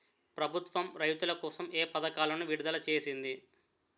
ప్రభుత్వం రైతుల కోసం ఏ పథకాలను విడుదల చేసింది?